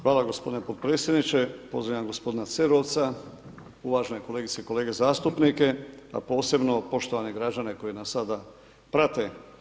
Hvala gospodine potpredsjedniče, pozdravljam gospodina Cerovca, uvažene kolegice i kolege zastupnike a posebno poštovane građane koji nas sada prate.